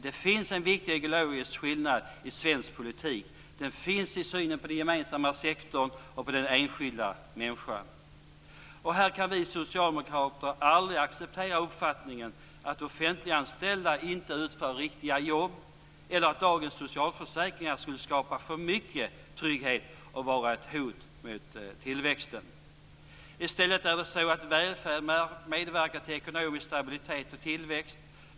Det finns dock en viktig ideologisk skillnad i svensk politik. Den finns i synen på den gemensamma sektorn och på den enskilda människan. Vi socialdemokrater kan aldrig acceptera uppfattningen att offentliganställda inte utför riktiga jobb eller att dagens socialförsäkringar skulle skapa för mycket trygghet och vara ett hot mot tillväxten. I stället medverkar välfärd till ekonomisk stabilitet och tillväxt.